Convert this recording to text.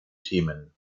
themen